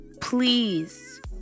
Please